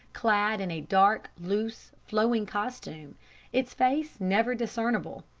clad in a dark, loose, flowing costume its face never discernible.